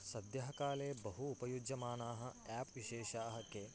सद्यः काले बहु उपयुज्यमानाः एप् विशेषाः के